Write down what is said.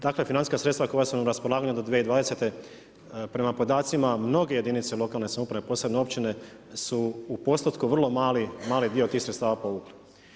Dakle, financijska sredstva koja su nam na raspolaganju do 2020. prema podacima mnoge jedinice lokalne samouprave, posebno općine su postotku vrlo mali dio tih sredstava povukli.